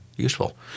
useful